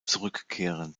zurückkehren